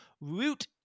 root